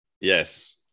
yes